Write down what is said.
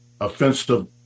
offensive